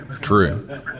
True